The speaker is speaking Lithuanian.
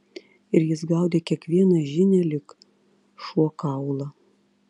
ir jis gaudė kiekvieną žinią lyg šuo kaulą